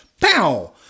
Pow